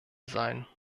sein